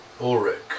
Ulrich